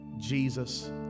Jesus